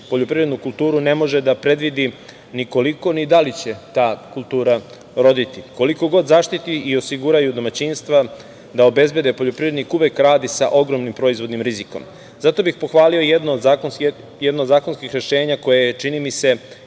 poljoprivrednu kulturu ne može da predvidi ni koliko ni da li će ta kultura roditi. Koliko god zaštite i osiguraju domaćinstva i obezbede poljoprivrednik uvek radi sa ogromnim proizvodnim rizikom. Zato bih pohvalio jedno od zakonskih rešenja koje je, čini mi se,